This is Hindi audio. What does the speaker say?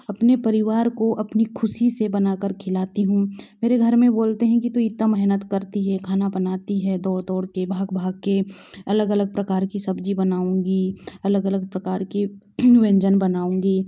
अपने परिवार को अपनी खुशी से बनाकर खिलाती हूँ मेरे घर में बोलते हैं कि तू इतना मेहनत करती है खाना बनाती है दौड़ दौड़ के भाग भाग के अलग अलग प्रकार की सब्ज़ी बनाऊंगी अलग अलग प्रकार के व्यंजन बनाऊंगी